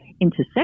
intersection